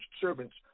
servants